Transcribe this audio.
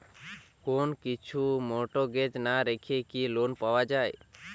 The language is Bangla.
কোন কিছু মর্টগেজ না রেখে কি লোন পাওয়া য়ায়?